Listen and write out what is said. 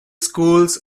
schools